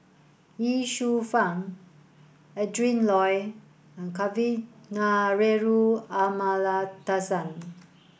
Ye Shufang Adrin Loi and Kavignareru Amallathasan